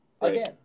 again